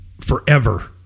forever